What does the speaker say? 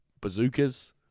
bazookas